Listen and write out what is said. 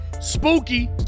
spooky